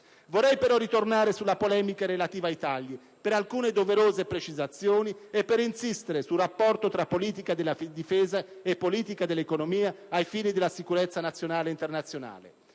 Vorrei però ritornare sulla polemica relativa ai tagli per alcune doverose precisazioni e per insistere sul rapporto tra politica della difesa e politica dell'economia, ai fini della sicurezza nazionale ed internazionale.